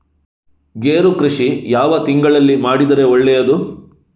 ಗೇರು ಕೃಷಿ ಯಾವ ತಿಂಗಳಲ್ಲಿ ಮಾಡಿದರೆ ಒಳ್ಳೆಯದು?